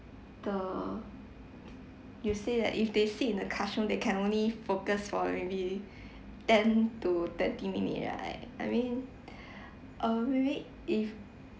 the you say that if they sit in the classroom they can only focus for maybe ten to thirty minute right I mean err maybe if